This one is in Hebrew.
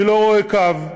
אני לא רואה קו,